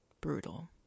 Brutal